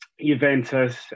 Juventus